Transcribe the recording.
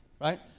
right